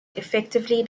effectively